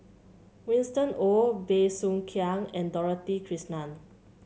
Winston Oh Bey Soo Khiang and Dorothy Krishnan